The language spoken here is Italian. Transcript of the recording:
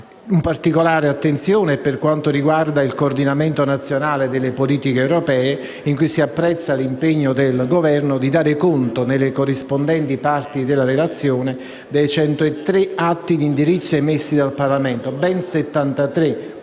Particolare attenzione è dedicata al coordinamento nazionale delle politiche europee e qui si apprezza l'impegno del Governo nel dare conto, nelle corrispondenti parti della relazione, dei 103 atti di indirizzo emessi dal Parlamento: ben 73 dal